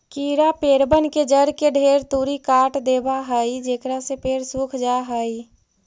कीड़ा पेड़बन के जड़ के ढेर तुरी काट देबा हई जेकरा से पेड़ सूख जा हई